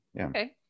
okay